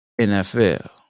NFL